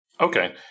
Okay